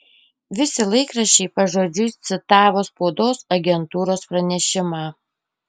visi laikraščiai pažodžiui citavo spaudos agentūros pranešimą